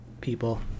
people